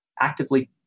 actively